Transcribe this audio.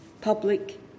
public